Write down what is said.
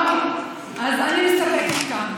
אוקיי, אז אני מסתפקת בכך.